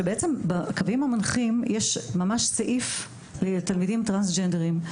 שיש בהם סעיף על תלמידים טרנסג'נדרים.